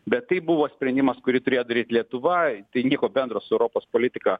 bet tai buvo sprendimas kurį turėjo daryt lietuva tai nieko bendro su europos politika